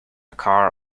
car